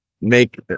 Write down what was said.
make